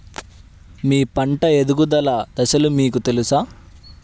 మీ పంట ఎదుగుదల దశలు మీకు తెలుసా?